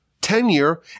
tenure